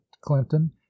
clinton